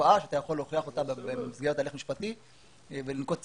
תופעה שאתה יכול להוכיח אותה במסגרת הליך משפטי ולנקוט צעדים.